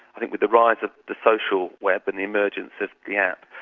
i think with the rise of the social web and the emergence of the app,